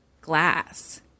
glass